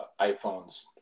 iPhones